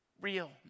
real